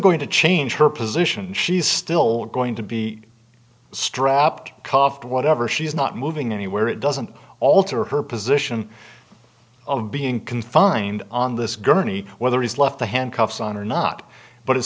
going to change her position she's still going to be strapped coughed whatever she's not moving anywhere it doesn't alter her position of being confined on this gurney whether he's left the handcuffs on or not but it